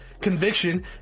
conviction